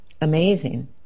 amazing